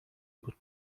بود